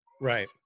right